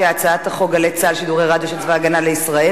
הצעת חוק "גלי צה"ל" שידורי רדיו של צבא-הגנה לישראל